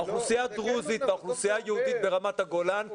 האוכלוסייה הדרוזית והאוכלוסייה היהודית ברמת הגולן,